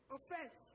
Offense